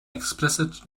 explicit